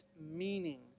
meaning